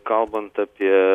kalbant apie